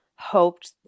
hoped